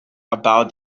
about